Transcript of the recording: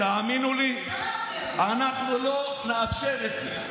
תאמינו לי, אנחנו לא נאפשר את זה.